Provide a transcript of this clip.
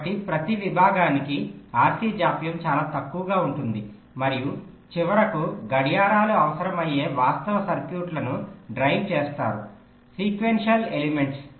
కాబట్టి ప్రతి విభాగానికి RC జాప్యం చాలా తక్కువగా ఉంటుంది మరియు చివరకు గడియారాలు అవసరమయ్యే వాస్తవ సర్క్యూట్లను డ్రైవ్ చేస్తారు సీక్వెన్సెల్ ఎలెమెంట్స్